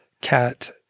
cat